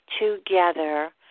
together